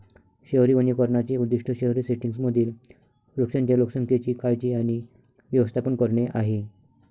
शहरी वनीकरणाचे उद्दीष्ट शहरी सेटिंग्जमधील वृक्षांच्या लोकसंख्येची काळजी आणि व्यवस्थापन करणे आहे